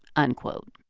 unquote